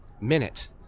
minute